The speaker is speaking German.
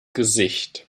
gesicht